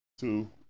Two